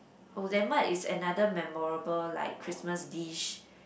oh is another memorable like Christmas dish